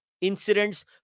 incidents